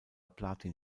platin